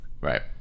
right